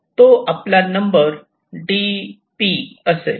तो आपला number d असेल